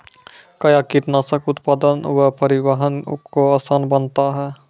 कया कीटनासक उत्पादन व परिवहन को आसान बनता हैं?